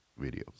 videos